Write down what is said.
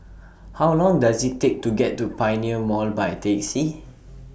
How Long Does IT Take to get to Pioneer Mall By A Taxi